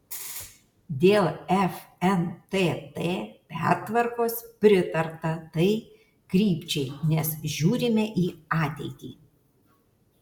dėl fntt pertvarkos pritarta tai krypčiai nes žiūrime į ateitį